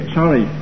sorry